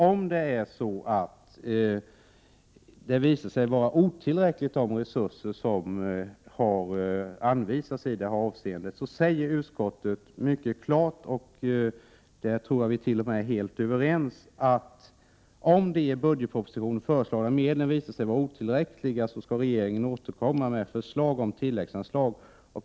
Utskottet säger mycket klart — där tror jagt.o.m. att vi är helt överens — att regeringen, om de i budgetpropositionen föreslagna medlen visar sig vara otillräckliga, skall återkomma med förslag om tilläggsanslag.